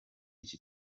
iki